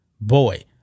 Boy